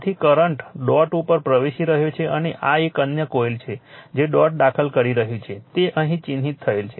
તેથી current dot ઉપર પ્રવેશી રહ્યો છે અને આ એક અન્ય કોઇલ છે જે ડોટ દાખલ કરી રહ્યું છે તે અહીં ચિહ્નિત થયેલ છે